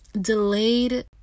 delayed